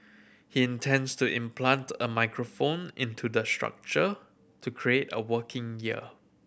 he intends to implant a microphone into the structure to create a working ear